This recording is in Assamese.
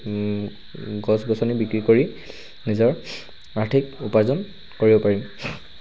গছ গছনি বিক্ৰী কৰি নিজৰ আৰ্থিক উপাৰ্জন কৰিব পাৰিম